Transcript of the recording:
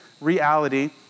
reality